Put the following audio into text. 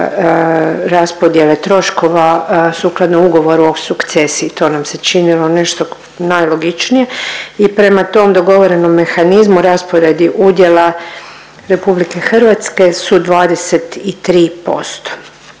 raspodjele troškova sukladno ugovoru o sukcesiji. To nam se činilo nešto najlogičnije i prema tom dogovorenom mehanizmu rasporedi udjela RH su 23%.